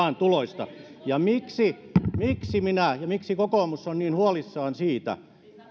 tuloista ja miksi miksi minä ja miksi kokoomus on niin huolissaan siitä